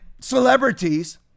celebrities